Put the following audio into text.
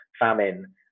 famine